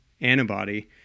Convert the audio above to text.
antibody